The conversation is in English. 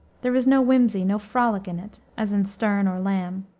there is no whimsy, no frolic in it, as in sterne or lamb.